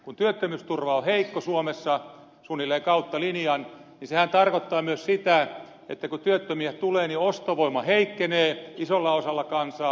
kun työttömyysturva on heikko suomessa suunnilleen kautta linjan niin sehän tarkoittaa myös sitä että kun työttömiä tulee niin ostovoima heikkenee isolla osalla kansaa